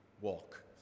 walk